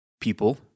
people